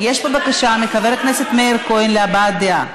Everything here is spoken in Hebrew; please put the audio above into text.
יש בקשה מחבר הכנסת מאיר כהן להבעת דעה.